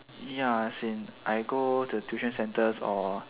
ya as in I go the tuition centres or